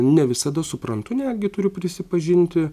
ne visada suprantu netgi turiu prisipažinti